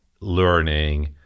learning